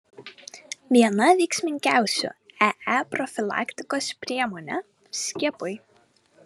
viena veiksmingiausių ee profilaktikos priemonė skiepai